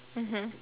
mmhmm